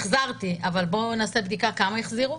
החזרתי, אבל בואו נעשה בדיקה כמה החזירו?